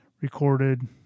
recorded